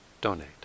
donate